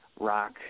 rock